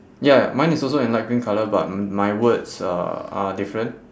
ya mine is also in light green colour but m~ my words are are different